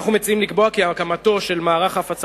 אנחנו מציעים לקבוע כי הקמתו של מערך ההפצה